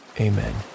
Amen